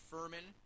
Furman